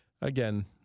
Again